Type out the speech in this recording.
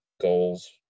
goals